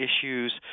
issues